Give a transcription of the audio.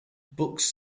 books